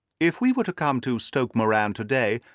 if we were to come to stoke moran to-day,